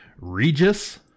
Regis